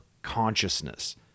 consciousness